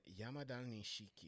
Yamadanishiki